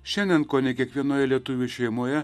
šiandien kone kiekvienoje lietuvių šeimoje